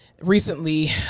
recently